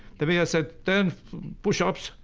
the way i said, ten push-ups,